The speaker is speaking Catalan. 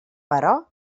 però